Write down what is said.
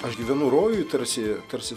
aš gyvenu rojuj tarsi tarsi